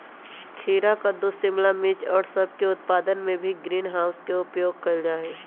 खीरा कद्दू शिमला मिर्च और सब के उत्पादन में भी ग्रीन हाउस के उपयोग कइल जाहई